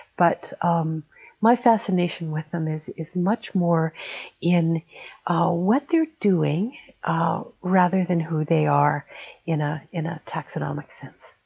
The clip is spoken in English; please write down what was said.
but um my fascination with them is is much more in what they're doing rather than who they are in ah in a taxonomic sense.